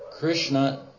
Krishna